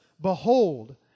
Behold